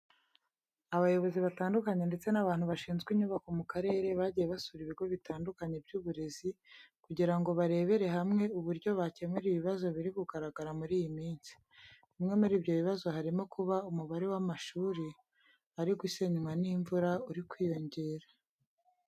Abayobozi batandukanye ndetse n'abantu bashinzwe inyubako mu karere, bagiye basura ibigo bitandukanye by'uburezi, kugira ngo barebere hamwe uburyo bakemura ibibazo biri kugaragara muri iyi minsi. Bimwe muri ibyo bibazo harimo kuba umubare w'amashuri ari gusenywa n'imvura uri kwiyongera.